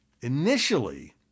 initially